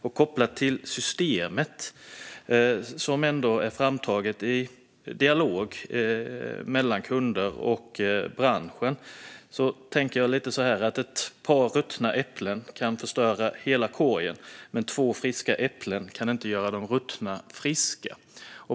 När det gäller systemet, som ändå är framtaget i dialog mellan kunder och branschen, tänker jag att ett par ruttna äpplen kan förstöra hela korgen, men två friska äpplen kan inte göra de ruttna friska.